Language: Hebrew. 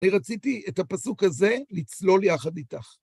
אני רציתי את הפסוק הזה לצלול יחד איתך.